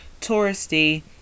touristy